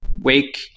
Wake